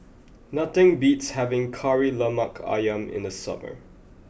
nothing beats having Kari Lemak Ayam in the summer